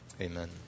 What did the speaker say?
amen